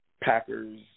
Packers